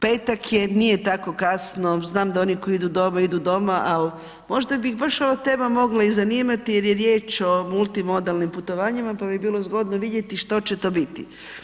Petak je, nije tako kasno, znam da oni koji idu doma, idu doma ali možda bi ih baš ova tema mogla i zanimati jer je riječ o multimodalnim putovanjima pa bi bilo zgodno vidjeti što će to biti.